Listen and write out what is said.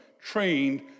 trained